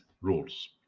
rules